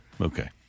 Okay